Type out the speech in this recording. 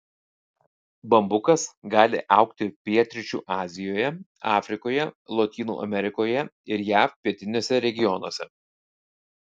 bambukas gali augti pietryčių azijoje afrikoje lotynų amerikoje ir jav pietiniuose regionuose